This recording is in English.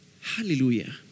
Hallelujah